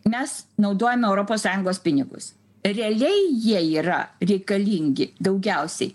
mes naudojam europos sąjungos pinigus realiai jie yra reikalingi daugiausiai